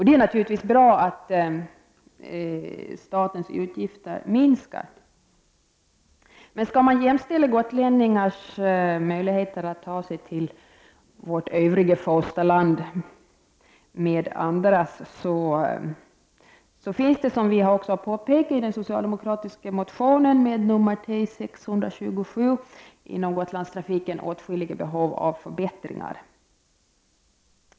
Det är naturligtvis bra att statens utgifter minskar. Men skall man jämställa gotlänningars möjligheter med andra svenskars att resa i vårt övriga fosterland, finns det, som vi har påpekat i den socialdemokratiska motionen T627, inom Gotlandstrafiken åtskilligt behov av förbättringar.